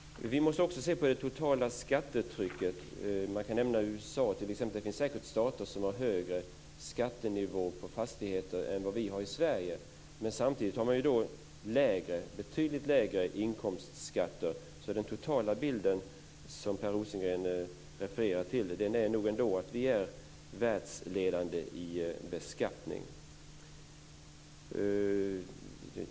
Vi måste också se på det totala skattetrycket. Man kan nämna USA t.ex. Det finns säkert stater som har högre skattenivå på fastigheter än vad vi har i Sverige. Men samtidigt har man där betydligt lägre inkomstskatter, så den totala bild som Per Rosengren refererar till visar nog ändå att Sverige är världsledande i beskattning.